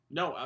no